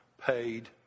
paid